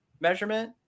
measurement